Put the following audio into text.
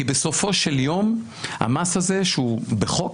כי בסופו של יום, המס הזה, שהוא בחוק,